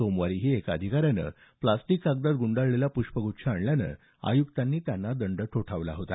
सोमवारीही एका अधिकाऱ्यानं प्लास्टिक कागदात गुंडाळलेला पुष्पगुच्छ आणल्यानं आयुक्तांनी त्यांना दंड ठोठावला होता